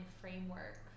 framework